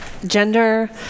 gender